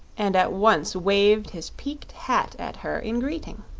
and at once waved his peaked hat at her in greeting.